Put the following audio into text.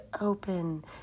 open